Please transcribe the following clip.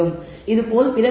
மற்றும் பல